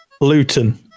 Luton